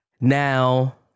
Now